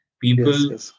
People